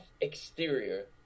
exterior